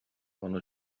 ону